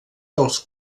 dels